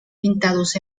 pintados